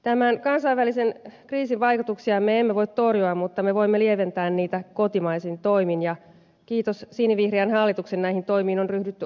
tämän kansainvälisen kriisin vaikutuksia me emme voi torjua mutta me voimme lieventää niitä kotimaisin toimin ja kiitos sinivihreän hallituksen näihin toimiin on ryhdytty ajoissa